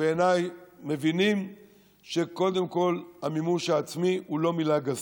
בעיניי מבינים שקודם כול המימוש העצמי הוא לא מילה גסה.